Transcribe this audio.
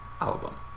album